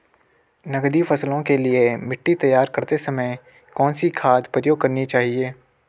नकदी फसलों के लिए मिट्टी तैयार करते समय कौन सी खाद प्रयोग करनी चाहिए?